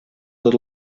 tot